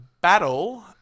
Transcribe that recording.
Battle